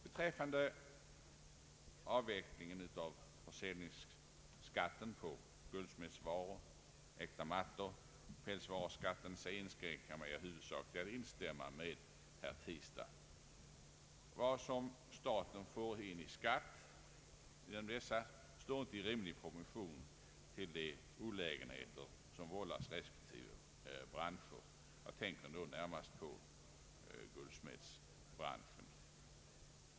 Beträffande avvecklingen av försäljningsskatten på guldsmedsvaror och äkta mattor samt pälsvaruskatten inskränker jag mig till att huvudsakligen instämma med herr Tistad. Vad staten får in i skatt på dessa varor står inte i rimlig proportion till de olägenheter som skatten vållar respektive branscher. Jag tänker då närmast på guldsmedsbranschen.